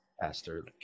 Pastor